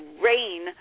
rain